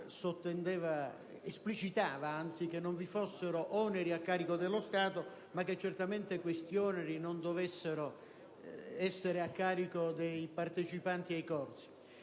esplicitava che non vi fossero oneri a carico dello Stato, ma certamente non che i suddetti oneri dovessero essere a carico dei partecipanti ai corsi.